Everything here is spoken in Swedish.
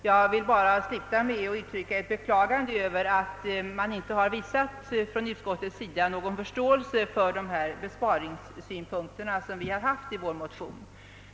Jag vill bara sluta med att uttrycka ett beklagande över att utskottet inte visat någon förståelse för besparingssynpunkterna i vår motion.